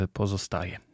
pozostaje